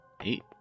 eight